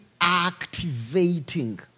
activating